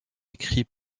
écrits